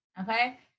Okay